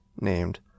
named